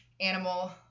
animal